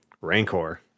Rancor